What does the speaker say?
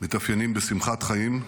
מתאפיינים בשמחת חיים,